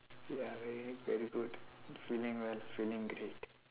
ya very very good feeling well feeling great